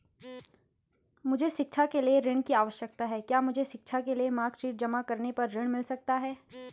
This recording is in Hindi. मुझे शिक्षा के लिए ऋण की आवश्यकता है क्या मुझे शिक्षा के लिए मार्कशीट जमा करने पर ऋण मिल सकता है?